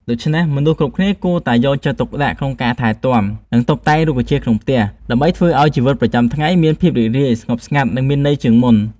ដូច្នេះ មនុស្សគ្រប់គ្នាគួរតែយកចិត្តទុកដាក់ក្នុងការថែទាំ និងតុបតែងរុក្ខជាតិក្នុងផ្ទះ ដើម្បីធ្វើឲ្យជីវិតប្រចាំថ្ងៃមានភាពរីករាយ ស្ងប់ស្ងាត់ និងមានន័យជាងមុន។